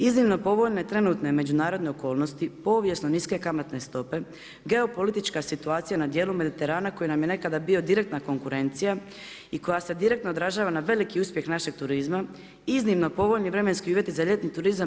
Iznimno povoljne trenutne međunarodne okolnosti, povijesno niske kamatne stope, geopolitička situacija na dijelu Mediterana koji nam je nekada bio direktna konkurencija i koja se direktno odražava na veliki uspjeh našeg turizma, iznimno povoljni vremenski uvjeti za ljetni turizam.